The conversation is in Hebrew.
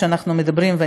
שאנחנו מדברים עליו,